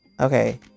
Okay